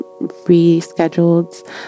rescheduled